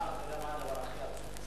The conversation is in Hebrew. אתה יודע מה הדבר הכי עצוב?